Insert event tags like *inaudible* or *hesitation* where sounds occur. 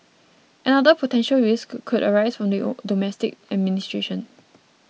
another potential risk could arise from the *hesitation* domestic administration